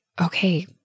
okay